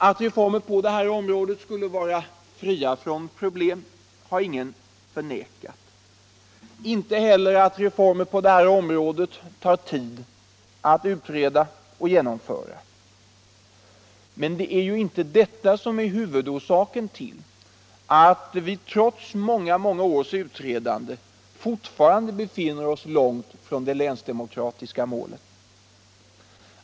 Att reformer på det här området skulle vara problemfyllda har ingen förnekat — inte heller att sådana reformer tar tid att utreda och genomföra. Men det är inte det som är huvudorsaken till att vi trots många års utredande fortfarande befinner oss långt från det länsdemokratiska målet.